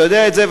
אתה יודע את זה,